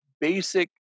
basic